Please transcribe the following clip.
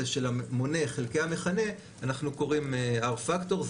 של המונה חלקי המכנה אנחנו קוראים R פקטור.